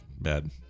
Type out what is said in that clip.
Bad